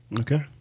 Okay